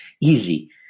Easy